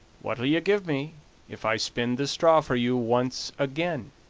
what'll you give me if i spin the straw for you once again?